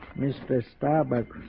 mr. starbuck